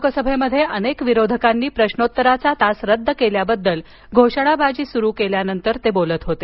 लोकसभेमध्ये अनेक विरोधकांनी प्रश्नोत्तराचा तास रद्द केल्याबद्दल घोषणाबाजी सुरु केल्यावर ते बोलत होते